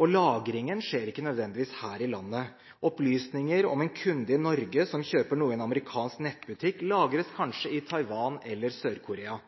og lagringen skjer ikke nødvendigvis her i landet. Opplysninger om en kunde i Norge som kjøper noe i en amerikansk nettbutikk, lagres kanskje i Taiwan eller Sør-Korea.